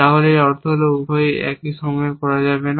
তাহলে এর অর্থ হল উভয়ই একই সময়ে করা যাবে না